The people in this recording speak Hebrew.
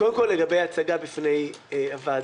קודם כול, לגבי הצגה בפני הוועדה,